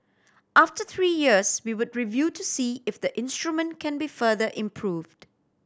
after three years we would review to see if the instrument can be further improved